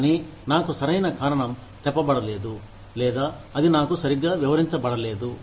కానీ నాకు సరైన కారణం చెప్పబడలేదు లేదా అది నాకు సరిగ్గా వివరించబడలేదు